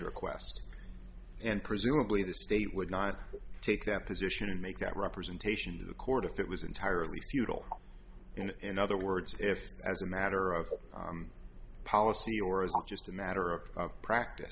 request and presumably the state would not take that position and make that representation to the court if it was entirely futile and in other words if as a matter of policy or as a just a matter of practice